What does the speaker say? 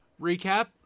recap